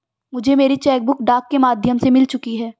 मुझे मेरी cheque book डाक के माध्यम से मिल चुकी है